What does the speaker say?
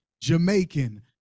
jamaican